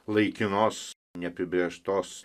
laikinos neapibrėžtos